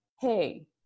hey